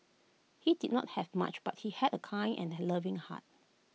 he did not have much but he had A kind and he loving heart